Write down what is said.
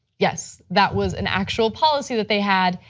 yes, that was an actual policy that they had,